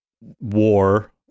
war